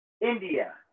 India